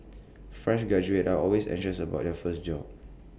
fresh graduates are always anxious about their first job